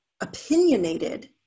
opinionated